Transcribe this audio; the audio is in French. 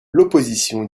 l’opposition